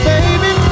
Baby